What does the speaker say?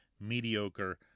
mediocre